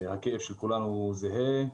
שהכאב של כולנו זהה,